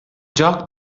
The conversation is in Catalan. lloc